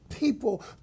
People